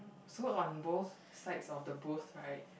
so on both sides of the booth right